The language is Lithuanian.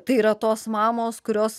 tai yra tos mamos kurios